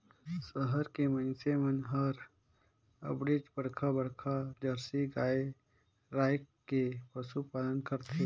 सहर के मइनसे मन हर अबड़ेच बड़खा बड़खा जरसी गाय रायख के पसुपालन करथे